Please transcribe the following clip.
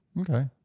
Okay